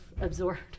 Absorbed